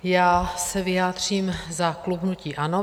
Já se vyjádřím za klub hnutí ANO.